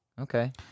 Okay